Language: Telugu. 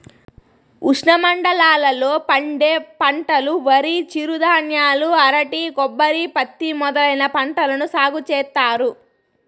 ఉష్ణమండలాల లో పండే పంటలువరి, చిరుధాన్యాలు, అరటి, కొబ్బరి, పత్తి మొదలైన పంటలను సాగు చేత్తారు